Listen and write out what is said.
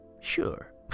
sure